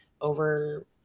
over